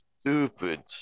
stupid